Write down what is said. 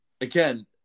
again